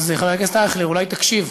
חבר הכנסת אייכלר, אולי תקשיב,